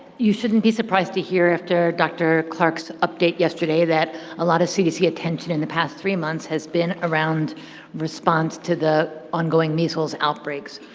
you shouldn't be surprised to hear after dr. clark's update yesterday that a lot of cdc attention in the last three months has been around response to the ongoing measles outbreaks.